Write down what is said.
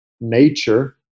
nature